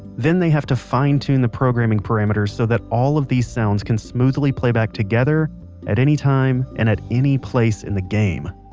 then have to fine tune the programming parameters so that all of these sounds can smoothly playback together at any time and at any place in the game